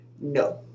No